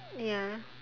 ya